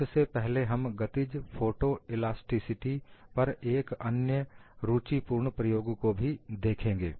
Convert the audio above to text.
उससे पहले हम गतिज फोटोएलास्टिसिटी पर एक अन्य रूचि पूर्ण प्रयोग को भी देखेंगे